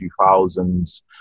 2000s